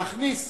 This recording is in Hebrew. להכניס